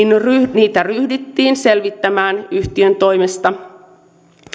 niitä ryhdyttiin selvittämään yhtiön toimesta